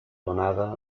donada